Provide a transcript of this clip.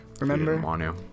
remember